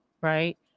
right